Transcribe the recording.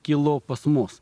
kilo pas mus